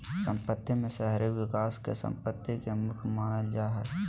सम्पत्ति में शहरी विकास के सम्पत्ति के मुख्य मानल जा हइ